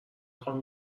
خوام